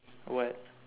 what